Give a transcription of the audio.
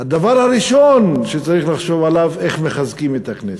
הדבר הראשון שצריך לחשוב עליו: איך מחזקים את הכנסת,